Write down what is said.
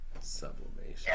Sublimation